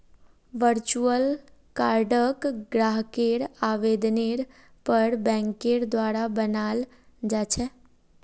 virtual कार्डक ग्राहकेर आवेदनेर पर बैंकेर द्वारा बनाल जा छेक